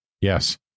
yes